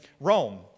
Rome